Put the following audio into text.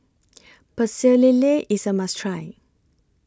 Pecel Lele IS A must Try